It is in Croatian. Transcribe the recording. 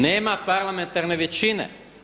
Nema parlamentarne većine.